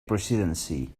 presidency